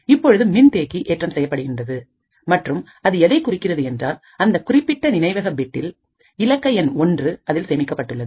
இப்பொழுது மின்தேக்கி ஏற்றம் செய்யப்படுகின்றது மற்றும் அது எதைக் குறிக்கிறது என்றால் அந்த குறிப்பிட்ட நினைவக பிட்டில் இலக்க எண் ஒன்று அதில் சேமிக்கப்பட்டுள்ளது